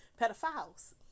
Pedophiles